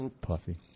puffy